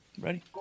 Ready